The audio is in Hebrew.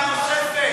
נהיה מדינה אחרת לגמרי,